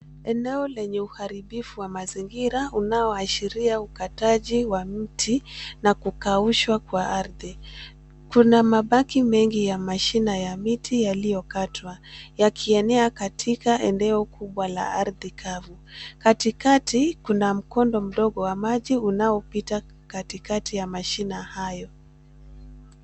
Eneo lenye uharibifu wa mazingira, unaoashiria ukataji wa mti na kukaushwa kwa ardhi. Kuna mabaki mengi ya mashina ya miti yaliokatwa, yakienea katika eneo kubwa la ardhi kavu, katikati kuna mkondo mdogo wa maji, unaopita katikati ya mashina hayo.